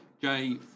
Jay